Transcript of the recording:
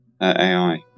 AI